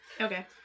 Okay